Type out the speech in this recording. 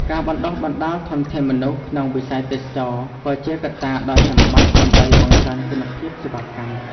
ការបណ្តុះបណ្តាលធនធានមនុស្សក្នុងវិស័យទេសចរណ៍ ក៏ជាកត្តាដ៏ចាំបាច់ដើម្បីបង្កើនគុណភាពសេវាកម្ម។